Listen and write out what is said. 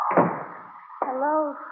Hello